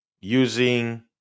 using